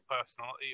personality